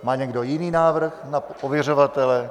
Má někdo jiný návrh na ověřovatele?